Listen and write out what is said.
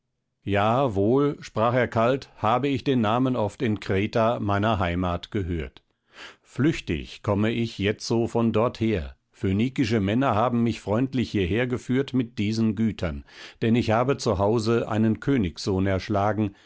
ja wohl sprach er kalt habe ich den namen oft in kreta meiner heimat gehört flüchtig komme ich jetzo von dorther phönikische männer haben mich freundlich hierher geführt mit diesen gütern denn ich habe zu hause einen königssohn erschlagen